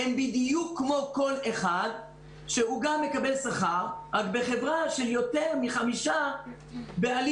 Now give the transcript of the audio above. הם בדיוק כמו כל אחד שהוא גם מקבל שכר רק בחברה של יותר מחמישה בעלים.